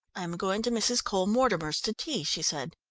i am going to mrs. cole-mortimer's to tea, she said.